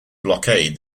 blockade